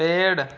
पेड़